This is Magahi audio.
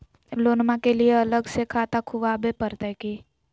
लोनमा के लिए अलग से खाता खुवाबे प्रतय की?